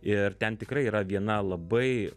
ir ten tikrai yra viena labai